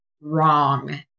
wrong